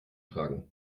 tragen